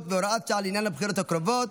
והוראות שעה לעניין הבחירות הקרובות,